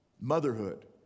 Motherhood